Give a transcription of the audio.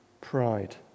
pride